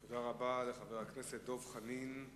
תודה רבה לחבר הכנסת דב חנין.